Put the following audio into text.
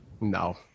No